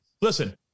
listen